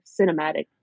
cinematic